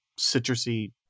citrusy